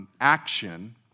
action